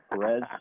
Perez